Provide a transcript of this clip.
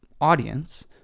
audience